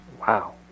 Wow